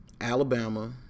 Alabama